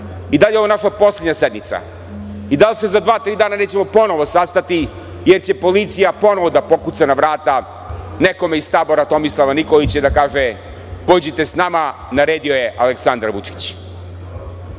i da li je ovo naša poslednja sednica i da li se za dva, tri dana nećemo ponovo sastati jer će policija ponovo da zakuca na vrata nekome iz tabora Tomislava Nikolića i da kaže – pođite sa nama, naredio je Aleksandar Vučić. Znate,